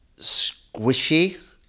squishy